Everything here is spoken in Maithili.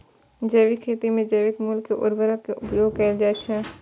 जैविक खेती मे जैविक मूल के उर्वरक के उपयोग कैल जाइ छै